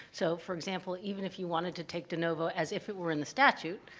so, for example, even if you wanted to take de novo, as if it were in the statute,